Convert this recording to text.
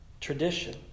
Tradition